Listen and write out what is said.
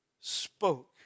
spoke